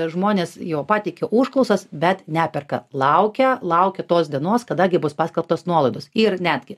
žmonės jo pateikia užklausas bet neperka laukia laukia tos dienos kada gi bus paskelbtos nuolaidos ir netgi